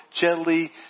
gently